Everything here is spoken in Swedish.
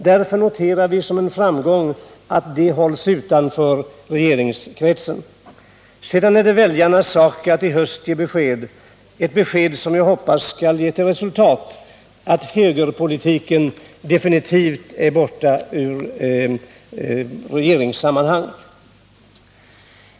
Därför noterar vi som en framgång att de hålls utanför regeringskretsen. Sedan är det väljarnas sak att ge besked i höst, ett besked som vi hoppas skall ge till resultat att högerpolitiken definitivt är borta ur regeringssammanhang.